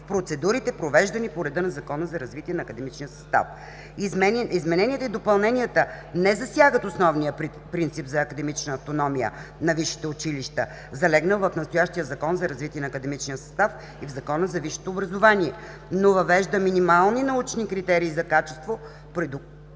в процедурите, провеждани по реда на Закона за развитие на академичния състав. Измененията и допълненията не засягат основния принцип за академична автономия на висшите училища, залегнал в настоящия Закон за развитие на академичния състав и в Закон за висшето образование, но въвежда минимални научни критерии за качество,